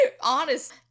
honest